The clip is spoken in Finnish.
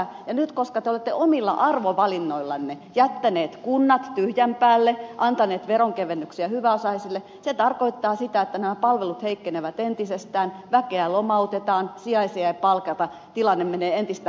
nyt koska te olette omilla arvovalinnoillanne jättäneet kunnat tyhjän päälle antaneet veronkevennyksiä hyväosaisille se tarkoittaa sitä että nämä palvelut heikkenevät entisestään väkeä lomautetaan sijaisia ei palkata tilanne menee entistä hankalammaksi